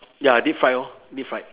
ya deep fried orh deep fried